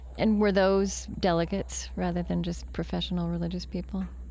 and were those delegates rather than just professional religious people?